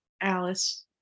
Alice